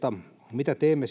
mitä teemme